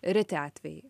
reti atvejai